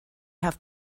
have